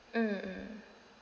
mm mm